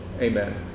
Amen